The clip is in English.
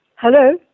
Hello